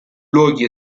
luoghi